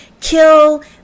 kill